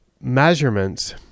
measurements